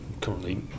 currently